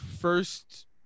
first